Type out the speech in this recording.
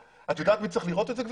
את יודעת מי צריך לראות את זה?